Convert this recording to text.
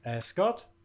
Scott